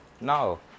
No